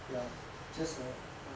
ya just like err